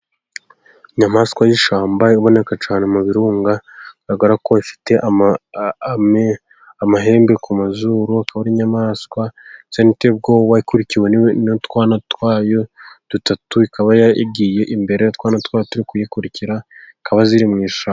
Inyamaswa y'ishyamba iboneka cyane mu birunga, bigaragara ko ifite amahembe ku mazuru. Ikaba ari inyamaswa isa n'iteye ubwoba, ikurikiwe n'utwana twayo dutatu. Ikaba yagiye imbere utwana twayo turi kuyikurikira zikaba ziri mu ishyamba.